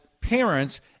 parents